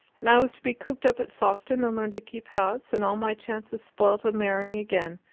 and i was to be cooped up at sawston and learn to keep house, and all my chances spoilt of marrying again.